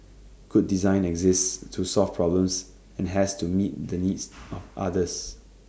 good design exists to solve problems and has to meet the needs of others